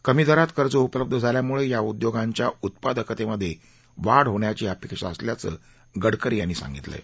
कमी दरात कर्ज उपलब्ध झाल्यामुळे या उद्योगांच्या उत्पादकतेमध्ये वाढ होण्याची अपेक्षा असल्याचं गडकरी यांनी सांगितलं आहे